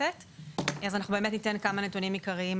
וההגירה.